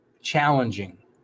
challenging